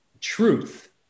truth